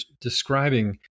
describing